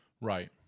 Right